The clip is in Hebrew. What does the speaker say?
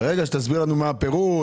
שלא תהיה הפרשה.